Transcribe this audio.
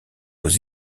aux